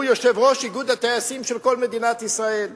שהוא יושב-ראש איגוד הטייסים של כל מדינת ישראל,